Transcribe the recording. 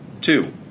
two